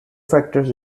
factors